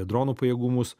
dronų pajėgumus